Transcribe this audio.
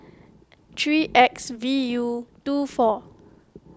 three X V U two four